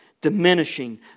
diminishing